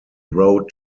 wrote